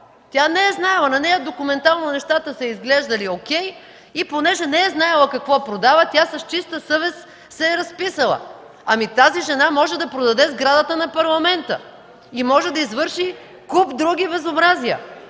Тя не е знаела! На нея документално нещата са й изглеждали о`кей. Понеже не е знаела какво продава, тя с чиста съвест се е разписала. Ами тази жена може да продаде сградата на Парламента и може да извърши куп други безобразия.